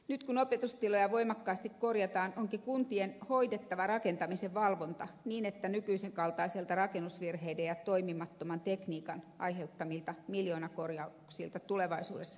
nyt kun opetustiloja voimakkaasti korjataan onkin kuntien hoidettava rakentamisen valvonta niin että nykyisen kaltaiselta rakennusvirheiden ja toimimattoman tekniikan aiheuttamilta miljoonakorjauksilta tulevaisuudessa vältytään